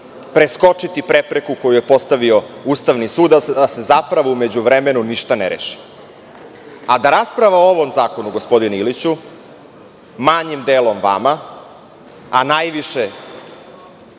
preskočiti prepreku koju je postavio Ustavni sud, da se zapravo u međuvremenu ništa ne reši, a da rasprava o ovo zakonu, gospodine Iliću, manjim delom vama, a najviše